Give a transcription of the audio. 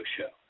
Show